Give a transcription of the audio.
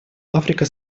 африка